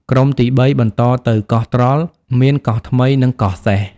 ក្រុមទីបី បន្តទៅ កោះត្រល់ មានកោះថ្មី និង កោះសេះ ។